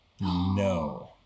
No